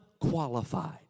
qualified